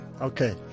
Okay